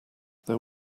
there